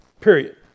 period